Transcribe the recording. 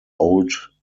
old